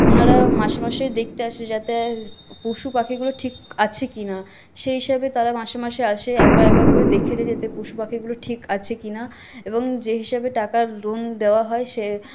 ওনারা মাসে মাসে দেখতে আসে যাতে পশু পাখিগুলো ঠিক আছে কিনা সেই হিসাবে তাঁরা মাসে মাসে আসে একবার একবার করে দেখে যায় যাতে পশুপাখিগুলো ঠিক আছে কি না এবং যে হিসাবে টাকার লোন দেওয়া হয় সে